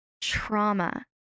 trauma